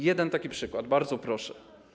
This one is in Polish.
Jeden taki przykład, bardzo proszę.